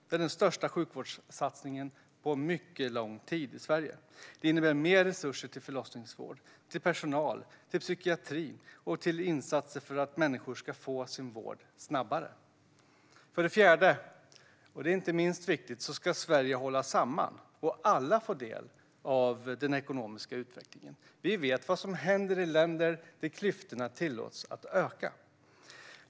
Det är den största sjukvårdssatsningen på mycket lång tid i Sverige. Det innebär mer resurser till förlossningsvård, till personal, till psykiatri och till insatser för att människor ska få sin vård snabbare. För det fjärde - och inte minst viktigt - ska Sverige hålla samman och alla få del av den ekonomiska utvecklingen. Vi vet vad som händer i länder där klyftorna tillåts att öka.